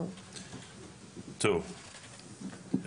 בבקשה.